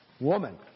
woman